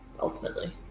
Ultimately